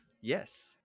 Yes